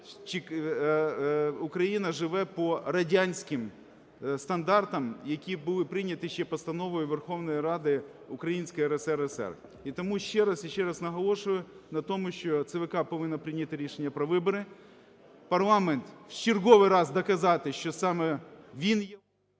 Україна живе по радянським стандартам, які були прийняті ще Постановою Верховної Ради Української РСР. І тому ще раз і ще раз наголошую на тому, що ЦВК повинно прийняти рішення про вибори, парламент в черговий раз доказати, що саме він є…